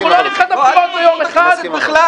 אנחנו לא נדחה את הבחירות ביום אחד בכלל.